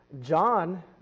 John